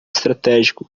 estratégico